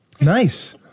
Nice